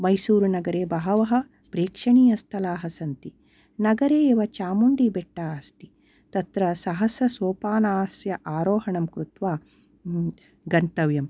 मैसूरुनगरे बहवः प्रेक्षणीयस्थलाः सन्ति नगरे एव चामुण्डिबेट्ट अस्ति तत्र सहस्रसोपानस्य आरोहणं कृत्वा गन्तव्यं